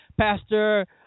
pastor